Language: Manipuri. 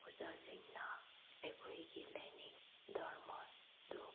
ꯑꯣꯖꯥꯁꯤꯡꯅ ꯑꯩꯈꯣꯏꯒꯤ ꯂꯥꯏꯅꯤꯡ ꯙꯔꯃꯗꯨ